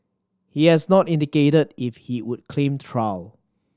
he has not indicated if he would claim trial